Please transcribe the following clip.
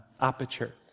aperture